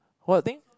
what you think